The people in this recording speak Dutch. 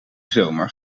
zomer